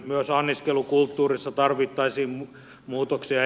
myös anniskelukulttuurissa tarvittaisiin muutoksia